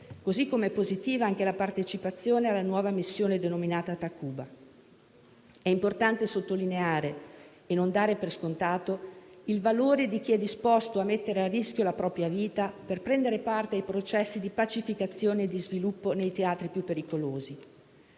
modo, è positiva anche la partecipazione alla nuova missione denominata Takuba. È importante sottolineare e non dare per scontato il valore di chi è disposto a mettere a rischio la propria vita per prendere parte ai processi di pacificazione e di sviluppo nei teatri più pericolosi.